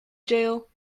jail